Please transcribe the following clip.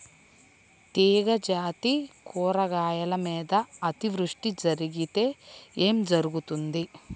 తీగజాతి కూరగాయల మీద అతివృష్టి జరిగితే ఏమి జరుగుతుంది?